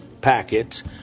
packets